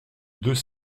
deux